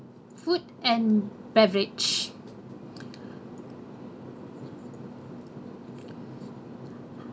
food and beverage